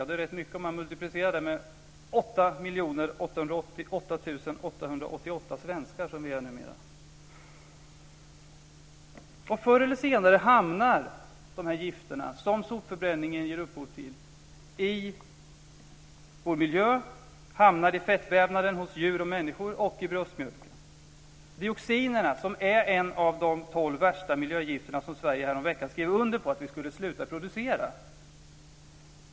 Det är rätt mycket om man multiplicerar den med 8 888 888 svenskar, som vi är numera. Förr eller senare hamnar de gifter som sopförbränningen ger upphov till i vår miljö, i fettvävnaden hos djur och människor och i bröstmjölken. Dioxinerna är en av de tolv värsta miljögifter som Sverige häromveckan skrev under ett avtal om att vi skulle sluta producera.